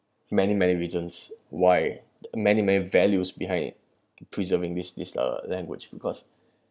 many many reasons why many many values behind preserving this this uh language because